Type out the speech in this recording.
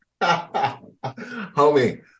Homie